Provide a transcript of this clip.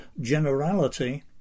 generality